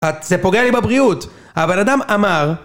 את.. זה פוגע לי בבריאות הבן אדם אמר